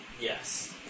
Yes